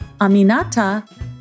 Aminata